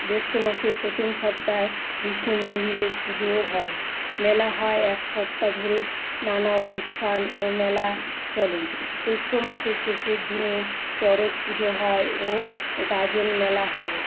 জৈষ্ঠ্য মাসের প্রথম সপ্তাহে বিষ্ণু মন্দিরের পুজোও হয় মেলা হয় এক সপ্তাহ ধরে নানা অনুষ্ঠান ও মেলা চলেই চৈত্র মাসের শেষের দিনে চরক পুজো হয় ও গাজন মেলা হয়